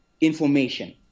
information